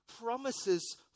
promises